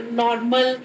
normal